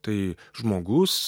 tai žmogus